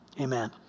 amen